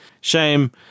Shame